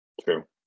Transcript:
true